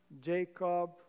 Jacob